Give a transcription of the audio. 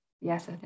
Yes